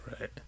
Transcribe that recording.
right